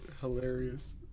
Hilarious